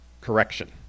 correction